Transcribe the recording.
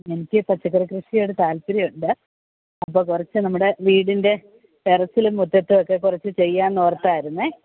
എനിക്ക് പച്ചക്കറി കൃഷിയോട് താല്പര്യം ഉണ്ട് അപ്പോൾ കുറച്ച് നമ്മുടെ വീടിൻ്റെ ടെറസിലും മുറ്റത്തും ഒക്കെ കുറച്ച് ചെയ്യാം എന്ന് ഓർത്തായിരുന്നേ